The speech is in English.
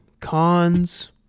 cons